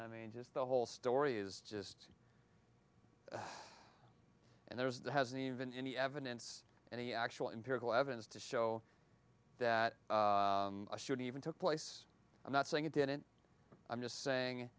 i mean just the whole story is just and there's the hasn't even any evidence any actual empirical evidence to show that should even took place i'm not saying it didn't i'm just saying